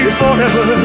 forever